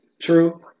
True